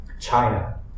China